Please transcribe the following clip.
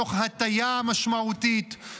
תוך הטיה משמעותית,